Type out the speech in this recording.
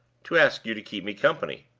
to ask you to keep me company.